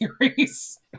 series